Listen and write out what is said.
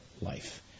life